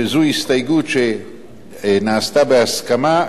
שזו הסתייגות שנעשתה בהסכמה,